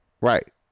Right